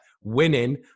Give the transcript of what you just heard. winning